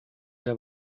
der